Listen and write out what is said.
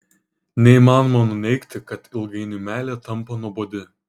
neįmanoma nuneigti kad ilgainiui meilė tampa nuobodi